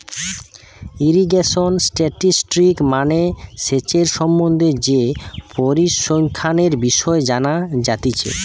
irrigation statistics মানে সেচের সম্বন্ধে যে পরিসংখ্যানের বিষয় জানা যাতিছে